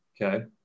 Okay